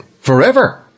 forever